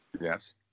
Yes